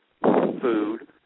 food